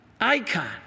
icon